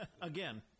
again